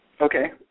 Okay